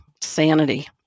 sanity